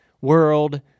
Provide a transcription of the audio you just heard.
world